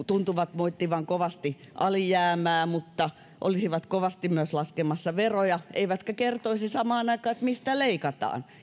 tuntuvat moittivan kovasti alijäämää mutta olisivat kovasti myös laskemassa veroja eivätkä samaan aikaan kertoisi mistä leikataan